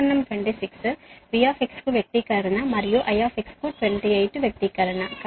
సమీకరణం 26 V కు వ్యక్తీకరణ మరియు I కు 28 వ్యక్తీకరణ